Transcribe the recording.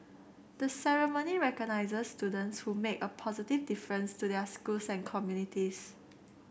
the ceremony recognises students who make a positive difference to their schools and communities